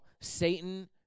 satan